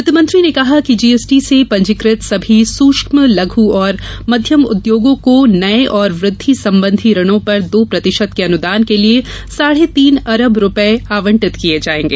वित्तमंत्री ने कहा कि जीएसटी से पंजीकृत सभी सूक्ष्म लघू और मध्यतम उद्योगों को नये और वद्वि संबंधी ऋणों पर दो प्रतिशत के अनुदान के लिए साढे तीन अरब रूपये आवंटित किये हैं